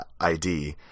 id